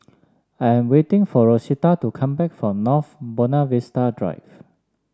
I am waiting for Rosita to come back from North Buona Vista Drive